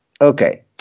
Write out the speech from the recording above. Okay